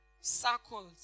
circles